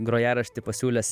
grojaraštį pasiūlęs